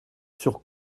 sur